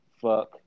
fuck